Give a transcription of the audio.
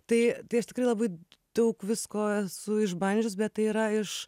tai tai aš tikrai labai daug visko esu išbandžius bet tai yra iš